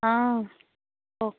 অঁ